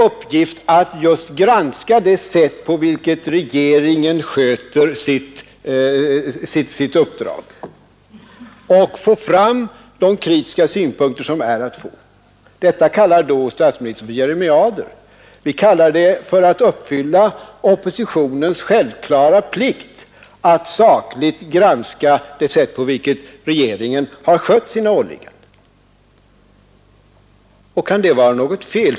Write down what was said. Är den inte att granska det sätt på vilket regeringen sköter sitt uppdrag och få fram de kritiska synpunkter som det finns anledning till? Detta kallar statsministern för jeremiader. Vi kallar det ett uppfyllande av oppositionens självklara plikt att sakligt granska det sätt på vilket regeringen har skött sina åligganden. Kan det vara något fel?